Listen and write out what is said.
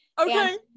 Okay